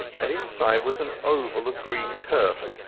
and inside was an oval of green turf,